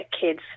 kids